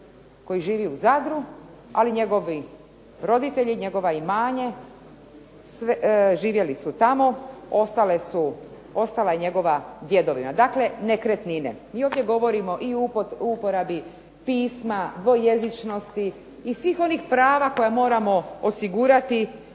koji živi u Zadru, ali njegovi roditelji, njegovo imanje živjeli su tamo, ostala je njegova djedovina, dakle nekretnine. I ovdje govorimo i o uporabi pisma, dvojezičnosti i svih onih prava koje moramo osigurati